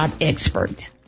expert